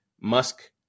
Musk